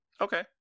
Okay